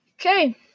Okay